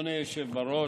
אדוני היושב-ראש,